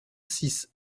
six